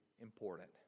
important